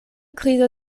krizo